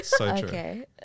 okay